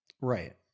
Right